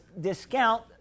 discount